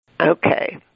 Okay